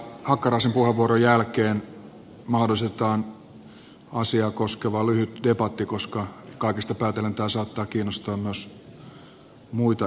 hakkaraisen puheenvuoron jälkeen mahdollistetaan asiaa koskeva lyhyt debatti koska kaikesta päätellen tämä saattaa kiinnostaa myös muita edustajia